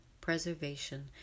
preservation